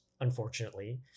unfortunately